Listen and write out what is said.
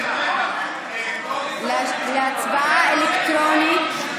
להצבעה אלקטרונית.